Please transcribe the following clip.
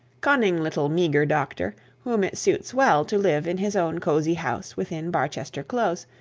cunning little meagre doctor, whom it suits well to live in his own cosy house within barchester close,